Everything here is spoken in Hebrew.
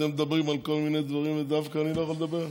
אתם מדברים על כל מיני דברים ודווקא אני לא יכול לדבר?